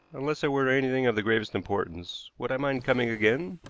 unless it were anything of the gravest importance, would i mind coming again?